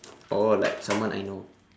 oh like someone I know